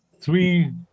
three